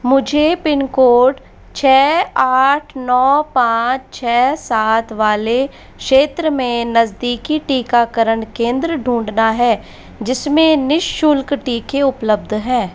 मुझे पिनकोड छः आठ नौ पाँच छः सात वाले क्षेत्र में नज़दीकी टीकाकरण केंद्र ढूँढना है जिसमें निशुल्क टीके उपलब्ध हैं